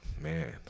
man